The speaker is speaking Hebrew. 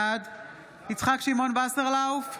בעד יצחק שמעון וסרלאוף,